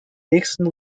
nächsten